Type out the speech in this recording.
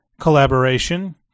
collaboration